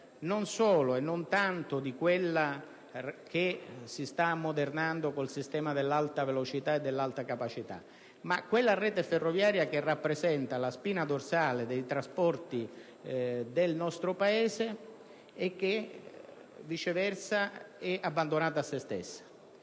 non solo e non tanto a quella che si sta ammodernando con il sistema dell'Alta velocità e dell'Alta capacità, quanto a quella rete ferroviaria che rappresenta la spina dorsale dei trasporti del nostro Paese e che viceversa è abbandonata a se stessa.